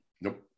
Nope